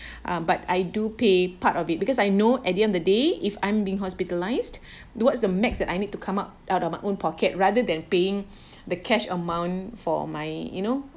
um but I do pay part of it because I know at the end of the day if I'm being hospitalised towards the max that I need to come up out of my own pocket rather than paying the cash amount for my you know